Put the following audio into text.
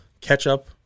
ketchup